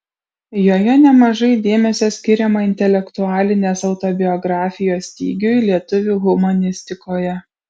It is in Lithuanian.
joje nemažai dėmesio skiriama intelektualinės autobiografijos stygiui lietuvių humanistikoje